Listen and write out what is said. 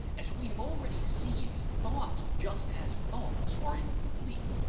as we have already seen, thoughts just as thoughts are incomplete.